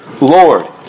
Lord